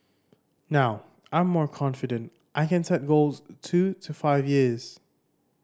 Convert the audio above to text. now I'm more confident I can set goals two to five years